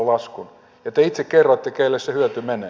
ja te itse kerroitte kenelle se hyöty menee